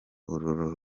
uru